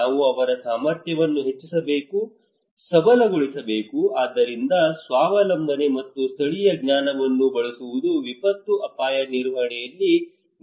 ನಾವು ಅವರ ಸಾಮರ್ಥ್ಯವನ್ನು ಹೆಚ್ಚಿಸಬೇಕು ಸಬಲಗೊಳಿಸಬೇಕು ಆದ್ದರಿಂದ ಸ್ವಾವಲಂಬನೆ ಮತ್ತು ಸ್ಥಳೀಯ ಜ್ಞಾನವನ್ನು ಬಳಸುವುದು ವಿಪತ್ತು ಅಪಾಯ ನಿರ್ವಹಣೆಯಲ್ಲಿ ನಿರ್ಣಾಯಕ ಅಂಶವಾಗಿದೆ